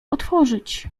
otworzyć